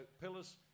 pillars